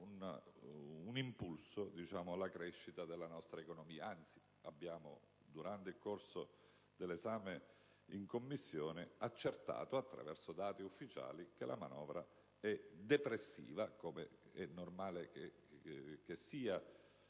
un impulso alla crescita della nostra economia; anzi, durante l'esame in Commissione, abbiamo accertato attraverso dati ufficiali che la manovra è depressiva, come è normale che sia